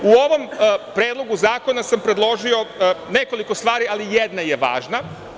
U ovom predlogu zakona sam predložio nekoliko stvari, ali jedna je važna.